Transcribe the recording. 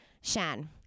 Shan